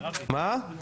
גיל, מה שלומך?